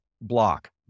block